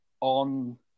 on